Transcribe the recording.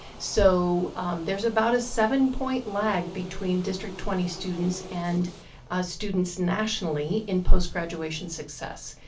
so there's about a seven point lag between district twenty students and students nationally in post graduation success.